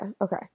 okay